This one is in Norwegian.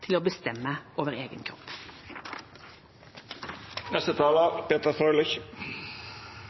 til å bestemme over egen